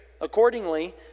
Accordingly